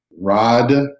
rod